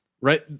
right